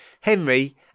Henry